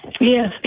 Yes